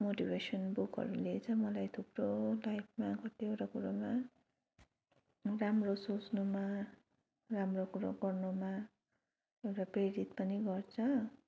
motivational बुकहरूले चाहिँ मलाई थुप्रो लाइफमा कतिवटा कुरोमा राम्रो सोच्नुमा राम्रो कुरो गर्नमा एउटा प्रेरित पनि गर्छ